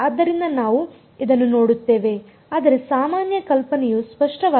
ಆದ್ದರಿಂದ ನಾವು ಇದನ್ನು ನೋಡುತ್ತೇವೆ ಆದರೆ ಸಾಮಾನ್ಯ ಕಲ್ಪನೆಯು ಸ್ಪಷ್ಟವಾಗಿದೆ